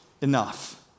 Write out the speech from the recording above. enough